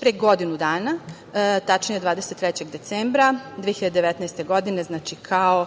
pre godinu dana, tačnije 23. decembra 2019. godine kao